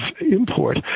import